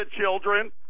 children